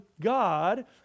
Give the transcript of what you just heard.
God